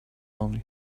only